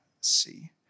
see